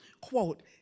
Quote